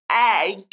egg